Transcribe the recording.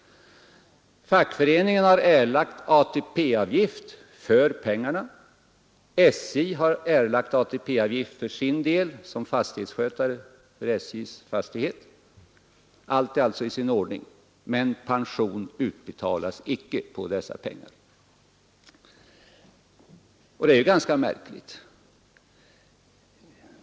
Fackföreningen och SJ har erlagt ATP-avgifter på hans inkomster. Allt är alltså i sin ordning, men pension utbetalas icke på dessa inkomster. Detta är ganska märkligt.